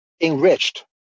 enriched